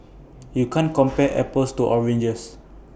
you can't compare apples to oranges